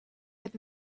had